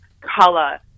color